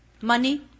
money